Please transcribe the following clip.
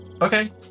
Okay